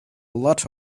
lot